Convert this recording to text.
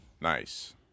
nice